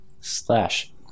Slash